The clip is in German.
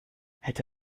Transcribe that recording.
hätte